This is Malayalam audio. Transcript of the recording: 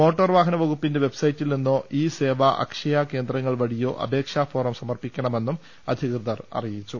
മോട്ടോർ വാഹന വകുപ്പിന്റെ വെബ്സൈറ്റിൽ നിന്നോ ഇ സേവാ അക്ഷയ കേന്ദ്രങ്ങൾ വഴിയോ അപേക്ഷാ ഫോം സമർപ്പിക്കണമെന്നും അധികൃതർ അറിയിച്ചു